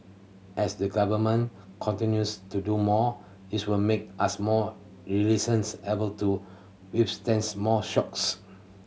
as the Government continues to do more this will make us more resilient able to withstand more shocks